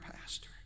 pastor